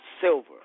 silver